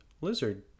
lizard